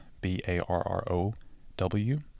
B-A-R-R-O-W